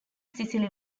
sicily